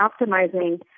optimizing